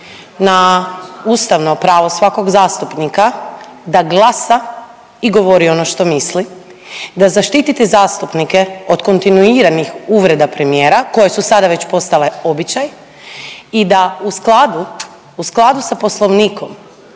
na ustavno pravo svakog zastupnika da glasa i govori ono što misli, da zaštite zastupnike od kontinuiranih uvreda premijera koje su sada već postale običaj i da u skladu, u skladu sa poslovnikom